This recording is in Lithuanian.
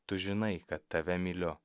tu žinai kad tave myliu